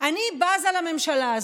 אני בזה לממשלה הזאת.